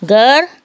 घर